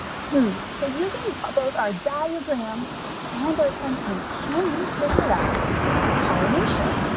hmm, so using but both our diagram and our sentence, can we figure out pollination?